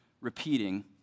repeating